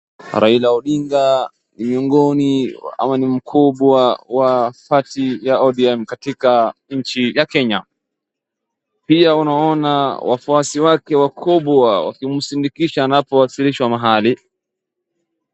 Raila odinga miongoni, ama ni mkubwa wa party ya ODM katika nchi ya Kenya, pia unaona wafuasi wake wakubwa wakimsindikiza anapowasilishwa mahali.